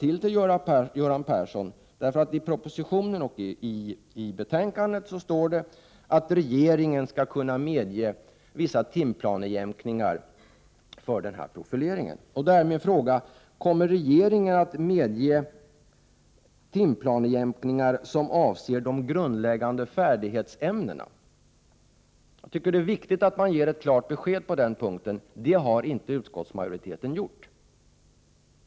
I propositionen och i betänkandet står det att regeringen skall kunna medge vissa timplanejämkningar för denna profilering, och därför ställer jag ytterligare en fråga till Göran Persson: Kommer regeringen att medge Prot. 1988/89:63 timplanejämkningar som avser de grundläggande färdighetsämnena? Det är 8 februari 1989 viktigt att det ges ett klart besked på denna punkt, vilket utskottsmajoriteten alltså inte har gjort.